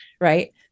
right